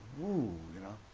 woo, you know.